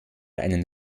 einen